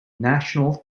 national